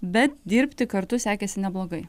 bet dirbti kartu sekėsi neblogai